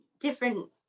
different